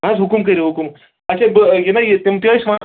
نہ حظ حُکُم کٔرِو حُکُم اچھا بہٕ یہِ نا یہِ تِم کیاہ ٲسۍ وَنان